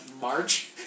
March